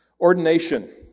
Ordination